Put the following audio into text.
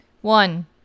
One